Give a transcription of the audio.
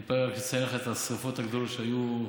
אני רק אציין לך את השרפות הגדולות שהיו,